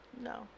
No